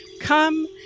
Come